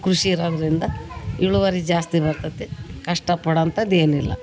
ಕೃಷಿ ಇರೋದ್ರಿಂದ ಇಳುವರಿ ಜಾಸ್ತಿ ಬರ್ತತಿ ಕಷ್ಟ ಪಡೋ ಅಂಥದ್ ಏನಿಲ್ಲ